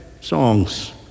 songs